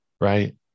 right